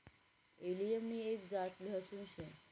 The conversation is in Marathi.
एलियम नि एक जात लहसून शे